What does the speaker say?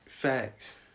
Facts